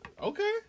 Okay